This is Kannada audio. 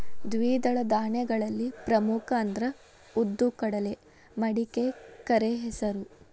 ದ್ವಿದಳ ಧಾನ್ಯಗಳಲ್ಲಿ ಪ್ರಮುಖ ಅಂದ್ರ ಉದ್ದು, ಕಡಲೆ, ಮಡಿಕೆ, ಕರೆಹೆಸರು